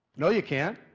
no you can't!